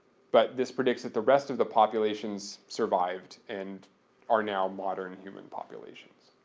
but this predicts that the rest of the populations survived and are now modern human populations.